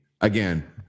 Again